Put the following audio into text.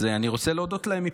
אז אני רוצה להודות להם מפה,